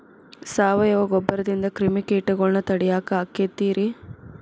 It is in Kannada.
ಸಾವಯವ ಗೊಬ್ಬರದಿಂದ ಕ್ರಿಮಿಕೇಟಗೊಳ್ನ ತಡಿಯಾಕ ಆಕ್ಕೆತಿ ರೇ?